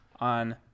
on